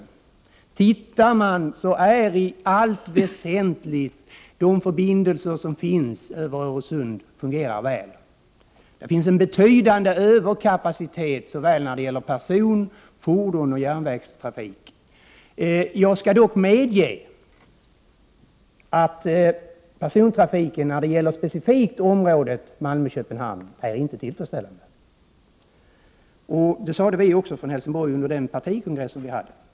Om man undersöker saken ser man att i allt väsentligt fungerar förbindelserna över Öresund väl. Där finns en betydande överkapacitet när det gäller såväl person-, fordonssom järnvägstrafik. Jag medger dock att persontrafiken specifikt i området Malmö— Köpenhamn inte är tillfredsställande. Det påtalade även representanterna från Helsingborg under partikongressen.